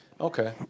Okay